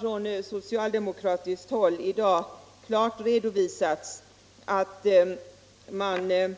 Från socialdemokratiskt håll har i dag klart redovisats att man är